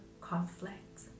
conflict